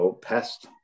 pest